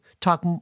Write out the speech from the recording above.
talk